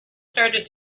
started